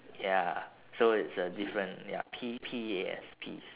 ya so it's uh different ya P P E A S peas